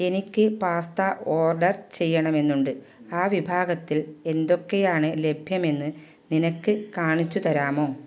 എനിക്ക് pasta order ചെയ്യണമെന്നുണ്ട് ആ വിഭാഗത്തിൽ എന്തൊക്കെയാണ് ലഭ്യമെന്ന് നിനക്ക് കാണിച്ചു തരാമോ